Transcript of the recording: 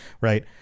right